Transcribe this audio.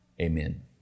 Amen